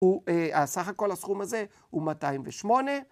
וסך הכל הסכום הזה הוא 208.